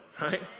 right